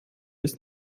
ist